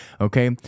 okay